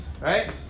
Right